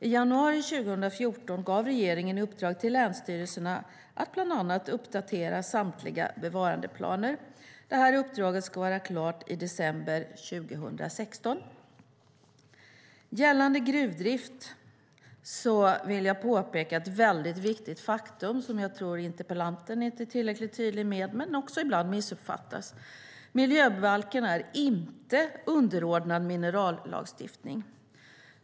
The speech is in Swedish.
I januari 2014 gav regeringen i uppdrag till länsstyrelserna att bland annat uppdatera samtliga bevarandeplaner. Uppdraget ska vara klart i december 2016. Gällande gruvdrift vill jag påpeka ett viktigt faktum som jag tror att interpellanten inte är tillräckligt tydlig med och som ibland missuppfattas: Miljöbalken är inte underordnad minerallagstiftningen.